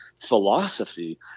philosophy